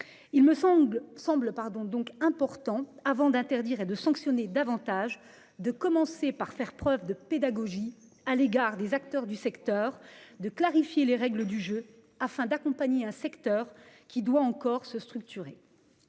semble pardon donc important avant d'interdire et de sanctionner davantage de commencer par faire preuve de pédagogie à l'égard des acteurs du secteur de clarifier les règles du jeu, afin d'accompagner un secteur qui doit encore se structurer.